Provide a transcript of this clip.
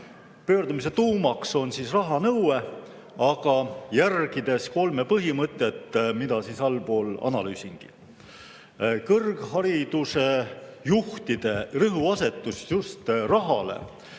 Pöördumise tuumaks on rahanõue, aga järgides kolme põhimõtet, mida allpool analüüsingi. Kõrghariduse juhtide rõhuasetus just rahale